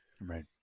Right